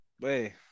Wait